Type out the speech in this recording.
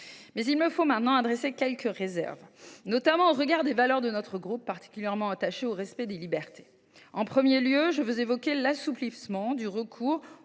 Mais il me faut maintenant formuler quelques réserves, notamment au regard des valeurs de notre groupe, particulièrement attaché au respect des libertés. En premier lieu, je veux évoquer l’assouplissement du recours